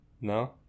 No